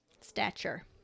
stature